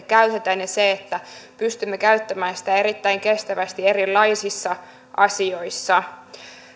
käytetään ja pystymme käyttämään niitä erittäin kestävästi erilaisissa asioissa